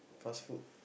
fast food